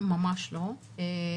ממש לא.